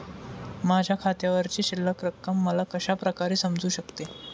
माझ्या खात्यावरची शिल्लक रक्कम मला कशा प्रकारे समजू शकते?